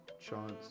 Chance